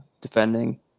defending